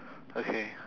okay